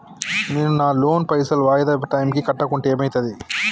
నేను నా లోన్ పైసల్ వాయిదా టైం కి కట్టకుంటే ఏమైతది?